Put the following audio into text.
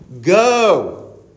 go